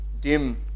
dim